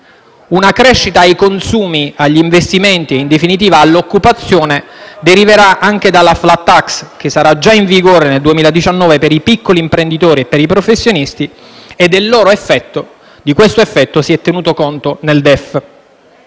Una crescita ai consumi, agli investimenti e, in definitiva, all'occupazione, deriverà anche dalla *flat tax* che sarà già in vigore nel 2019 per i piccoli imprenditori e per i professionisti, e di questo effetto si è tenuto conto nel DEF.